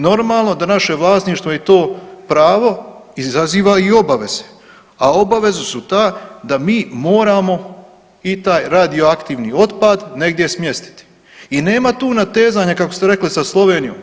Normalno da naše vlasništvo i to pravo izaziva i obaveze, a obaveze su ta da mi moramo i taj radioaktivni otpad negdje smjestiti i nema tu natezanja kako ste rekli sa Slovenijom.